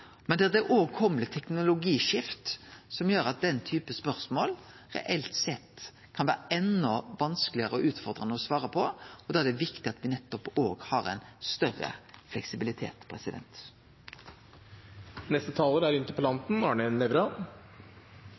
men der det òg kjem teknologiskift som gjer at den typen spørsmål reelt sett kan vere endå vanskelegare og utfordrande å svare på, og da er det viktig at me nettopp òg har ein større fleksibilitet.